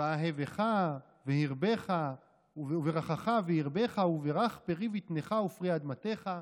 "ואהבך וברכך והרבך וברך פרי בטנך ופרי אדמתך",